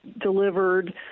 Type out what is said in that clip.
delivered